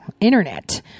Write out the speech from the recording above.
internet